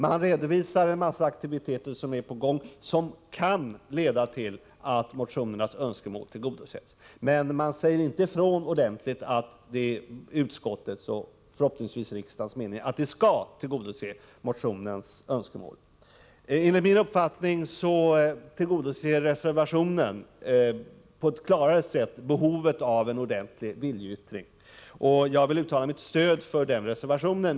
Man redovisar en massa aktiviteter som är på gång och som kan leda till att motionernas önskemål kan tillgodoses, men man säger inte ifrån ordentligt att det är utskottets, och förhoppningsvis riksdagens, mening att önskemålen skall tillgodoses. Enligt min upfattning tillgodoser reservationen på ett klarare sätt behovet av en ordentlig viljeyttring. Jag vill uttala mitt stöd för reservationen.